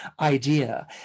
idea